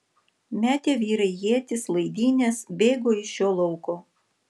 metė vyrai ietis laidynes bėgo iš šio lauko